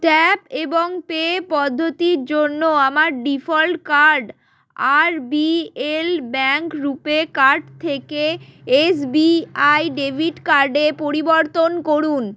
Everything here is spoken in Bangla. ট্যাপ এবং পে পদ্ধতির জন্য আমার default card R B L bank RuPay card থেকে এস বি আই ডেবিট কার্ডে পরিবর্তন করুন